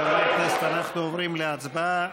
חברי הכנסת, אנחנו עוברים להצבעה.